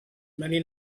many